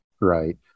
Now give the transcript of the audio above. Right